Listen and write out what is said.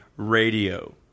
radio